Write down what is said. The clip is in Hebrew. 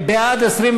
בעד,